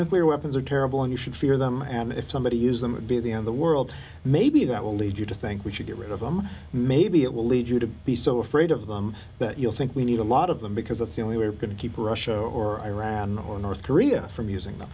where weapons are terrible and you should fear them and if somebody use them would be the end the world maybe that will lead you to think we should get rid of them maybe it will lead you to be so afraid of them that you'll think we need a lot of them because it's the only way we're going to keep russia or iran or north korea from using